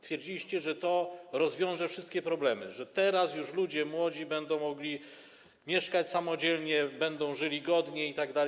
Twierdziliście, że to rozwiąże wszystkie problemy, że teraz młodzi ludzie będą już mogli mieszkać samodzielnie, będą żyli godnie itd.